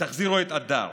תחזירו את הדר,